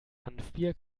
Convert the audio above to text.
hanfbier